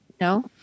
No